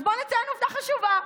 אז בואי ניתן עובדה חשובה: